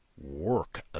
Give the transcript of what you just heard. work